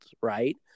right